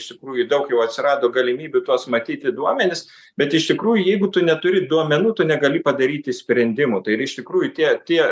iš tikrųjų daug jau atsirado galimybių tuos matyti duomenis bet iš tikrųjų jeigu tu neturi duomenų tu negali padaryti sprendimų tai ir iš tikrųjų tie tie